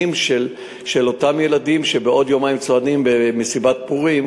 של אותם ילדים שבעוד יומיים צועדים במסיבת פורים,